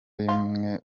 rimwe